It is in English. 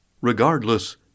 Regardless